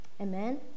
Amen